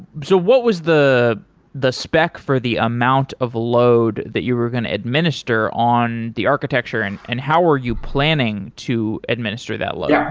so what was the the spec for the amount of load that you were going to administer on the architecture and and how are you planning to administer that load? yeah